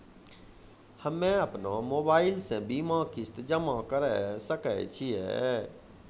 हम्मे अपन मोबाइल से बीमा किस्त जमा करें सकय छियै?